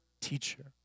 teacher